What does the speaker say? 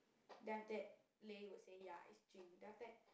then after that Lei will say ya it's Jing then after that